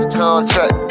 contract